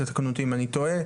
תתקנו אותי אם אני טועה,